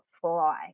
fly